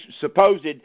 supposed